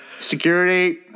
security